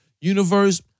universe